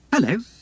Hello